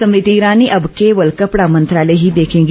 स्मृति ईरानी अब केवल कपड़ा मंत्रालय ही देखेंगी